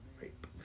rape